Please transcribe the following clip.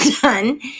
done